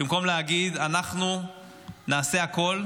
במקום להגיד: אנחנו נעשה הכול,